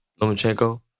Lomachenko